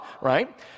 right